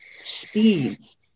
speeds